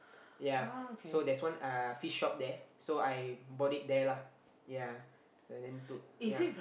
ya so there's one uh fish shop there so I bought it there lah ya uh then two ya